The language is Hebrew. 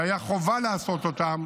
והייתה חובה לעשות אותם